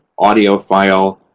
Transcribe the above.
audio file.